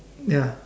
ya